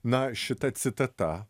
na šita citata